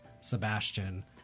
Sebastian